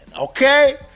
Okay